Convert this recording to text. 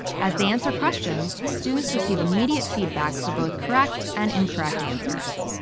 as they answer questions, students receive immediate feedback for both correct and incorrect answers.